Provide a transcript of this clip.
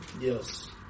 Yes